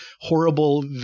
horrible